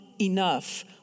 enough